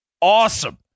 awesome